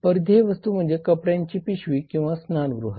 परिधीय वस्तू म्हणजे कपड्यांची पिशवी किंवा स्नानगृह